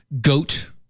goat